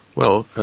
well,